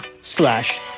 slash